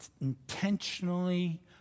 intentionally